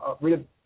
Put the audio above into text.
read